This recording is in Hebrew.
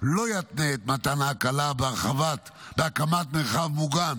לא יתנה את מתן ההקלה בהקמת מרחב מוגן